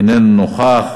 אינו נוכח.